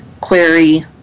query